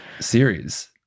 series